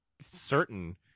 certain